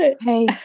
hey